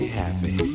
happy